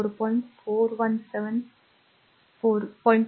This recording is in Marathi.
4 17